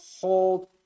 hold